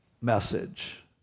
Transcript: message